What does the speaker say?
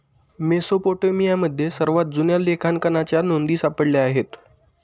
मेसोपोटेमियामध्ये सर्वात जुन्या लेखांकनाच्या नोंदी सापडल्या आहेत